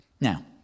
Now